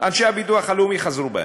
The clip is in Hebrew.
ואנשי הביטוח הלאומי חזרו בהם.